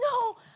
no